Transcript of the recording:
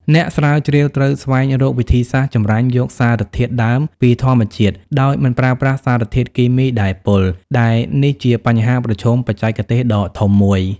អ្នកស្រាវជ្រាវត្រូវស្វែងរកវិធីសាស្ត្រចម្រាញ់យកសារធាតុដើមពីធម្មជាតិដោយមិនប្រើប្រាស់សារធាតុគីមីដែលពុល ដែលនេះជាបញ្ហាប្រឈមបច្ចេកទេសដ៏ធំមួយ។